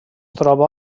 troba